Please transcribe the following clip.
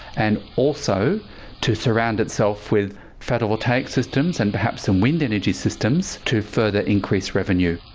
and also to surround itself with photovoltaic systems and perhaps some wind energy systems to further increase revenue.